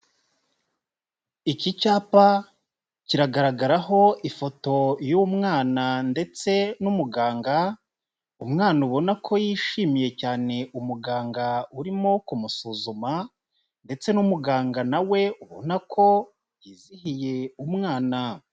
Iki cyapa kiragaragaraho ifoto y'umwana ndetse n'umuganga, umwana ubona ko yishimiye cyane umuganga urimo kumusuzuma ndetse n'umuganga na we ubona ko yizihiye umwana.